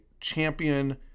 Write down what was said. champion